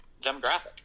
demographic